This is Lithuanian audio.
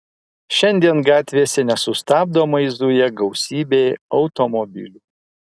šiandien gatvėse nesustabdomai zuja gausybė automobilių